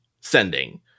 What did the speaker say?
sending